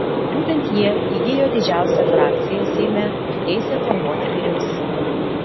būtent jie įgijo didžiausią frakciją seime ir teisę formuoti vyriausybę